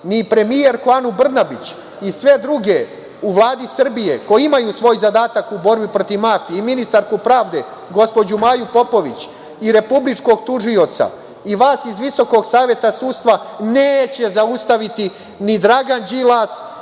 ni premijerku Anu Brnabić i sve druge u Vladi Srbiji koji imaju svoj zadatak u borbi protiv mafije, i ministarku pravde gospođu Maju Popović, i republičkog tužioca, i vas iz Visokog saveta sudstva neće zaustaviti ni Dragan Đilas,